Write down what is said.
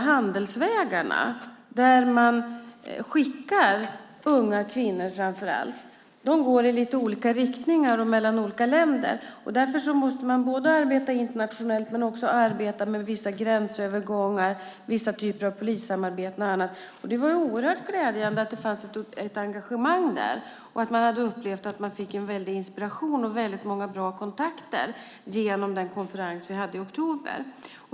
Handelsvägarna där unga kvinnor skickas runt går i lite olika riktningar mellan olika länder. Därför måste man arbeta både internationellt, med vissa gränsövergångar och vissa typer av polissamarbete. Det var oerhört glädjande att det fanns ett engagemang. Man hade upplevt att man fick inspiration och bra kontakter genom den konferens vi hade i oktober.